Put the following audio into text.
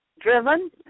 driven